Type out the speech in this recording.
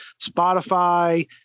Spotify